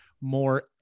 more